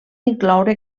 incloure